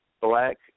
black